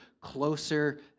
closer